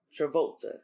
Travolta